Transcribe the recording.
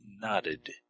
nodded